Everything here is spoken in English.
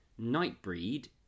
Nightbreed